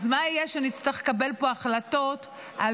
אז מה יהיה כשנצטרך לקבל פה החלטות על